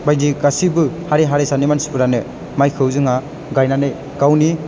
बायदि गासिबो हारि हारिसानि मानसिफोरानो माइखौ जोंहा गायनानै गावनि